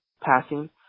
passing